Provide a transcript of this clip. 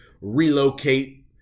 relocate